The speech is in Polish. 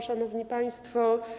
Szanowni Państwo!